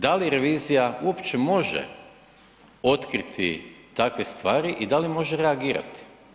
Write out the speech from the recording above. Da li revizija uopće može otkriti takve stavi i da li može reagirati?